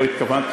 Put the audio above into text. לא התכוונתי,